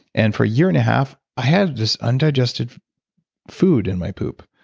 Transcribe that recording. and for a year and a half i had this undigested food in my poop.